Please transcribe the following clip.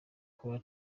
kuba